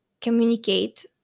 communicate